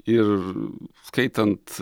ir skaitant